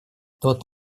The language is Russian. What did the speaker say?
тот